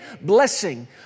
blessing